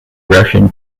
russian